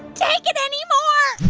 take it anymore